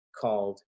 called